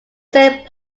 saint